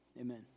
Amen